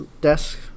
desk